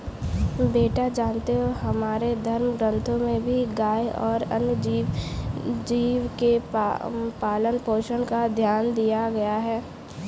बेटा जानते हो हमारे धर्म ग्रंथों में भी गाय और अन्य जीव के पालन पोषण पर ध्यान दिया गया है